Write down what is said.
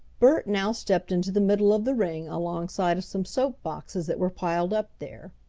bert now stepped into the middle of the ring alongside of some soap boxes that were piled up there.